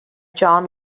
john